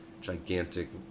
gigantic